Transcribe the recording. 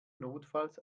notfalls